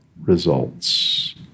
results